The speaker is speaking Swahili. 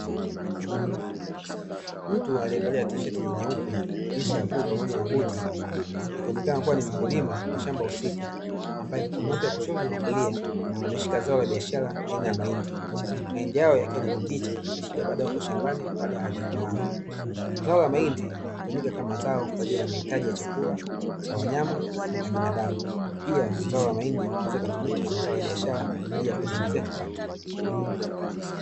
Mtu aliyevalia tisheti nyeupe, jinzi ya bluu pamoja na buti; akionekana kuwa ni mkulima wa shamba husika, ambaye mkono wake wa kushoto na kulia umeshika zao la biashara aina ya mahindi. Mahindi hayo yakiwa ni mabichi, yakiashiria bado yako shambani na bado hayajakomaa. Zao la mahindi hutumika kama zao kwa ajili ya mahitaji ya chakula cha wanyama na binadamu. Pia zao la mahindi linaweza likatumika kama zao la biashara kwa ajili ya kujiingizia kipato.